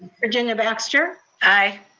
virginia baxter? aye.